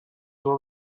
will